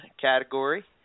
category